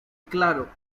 claro